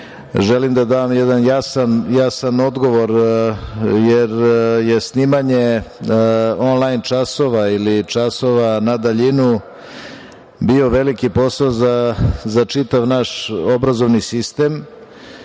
želim da dam jedan jasan odgovor, jer je snimanje onlajn časova i časova na daljinu bio veliki posao za čitava naš obrazovni sistem. Posebno